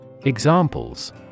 Examples